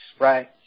right